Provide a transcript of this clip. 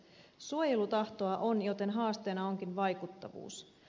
suojelutahtoa on joten haasteena onkin vaikuttavuus